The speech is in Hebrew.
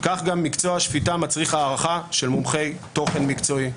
כך גם מקצוע השפיטה מצריך הערכה של מומחי תוכן מקצועי.